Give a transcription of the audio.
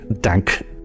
Dank